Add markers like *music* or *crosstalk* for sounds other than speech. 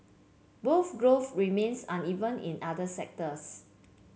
*unintelligible* growth remains uneven in other sectors